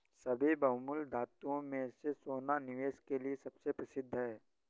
सभी बहुमूल्य धातुओं में से सोना निवेश के लिए सबसे प्रसिद्ध है